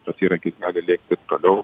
tas įrankis gali lėkt toliau